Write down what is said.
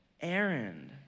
errand